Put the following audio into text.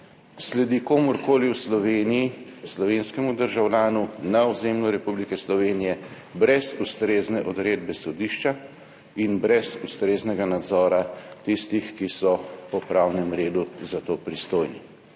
sledi komurkoli v Sloveniji, slovenskemu državljanu na ozemlju Republike Slovenije brez ustrezne odredbe sodišča in brez ustreznega nadzora tistih, ki so po pravnem redu za to pristojni.